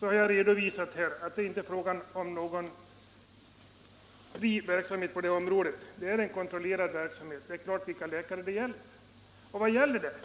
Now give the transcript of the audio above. har jag här redovisat att det inte är fråga om någon fri verksamhet på det området — det är en kontrollerad verksamhet. Det är klart vilka läkare det gäller. Och vilka gäller det?